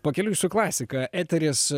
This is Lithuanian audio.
pakeliui su klasika eteris